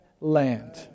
land